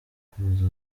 kuza